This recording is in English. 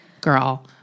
girl